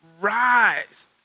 rise